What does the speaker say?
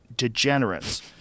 Degenerates